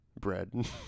bread